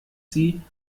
sie